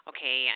Okay